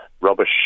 rubbish